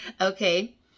Okay